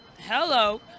Hello